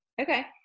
Okay